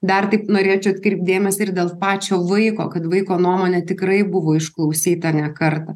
dar taip norėčiau atkreipt dėmesį ir dėl pačio vaiko kad vaiko nuomonė tikrai buvo išklausyta ne kartą